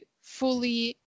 fully